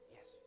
Yes